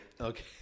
Okay